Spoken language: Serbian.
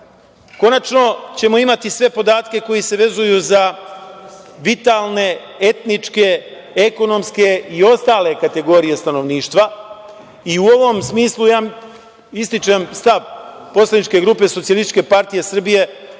Konačno ćemo imati sve podatke koje se vezuju za vitalne, etničke, ekonomske i ostale kategorije stanovništva i u ovom smislu ističem stav poslaničke grupe SPS da se